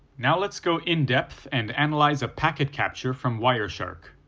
now let's go in depth and analyze a packet capture from wireshark.